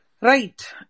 Right